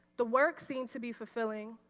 the work seemed to be fulfilling.